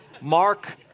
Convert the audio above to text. Mark